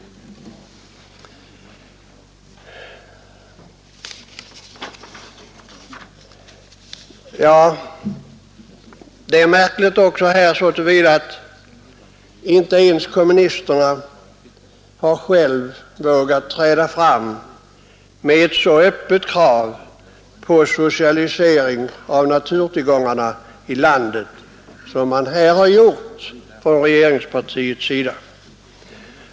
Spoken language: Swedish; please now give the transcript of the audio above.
Det är också märkligt så till vida att inte ens kommunisterna själva har vågat träda fram med ett så öppet krav på socialisering av naturtillgångarna i landet som man här har gjort från regeringspartiets sida.